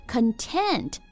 Content